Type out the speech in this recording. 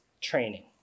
training